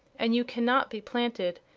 and you cannot be planted,